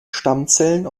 stammzellen